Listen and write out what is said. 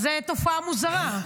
זו תופעה מוזרה.